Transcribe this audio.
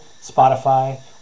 Spotify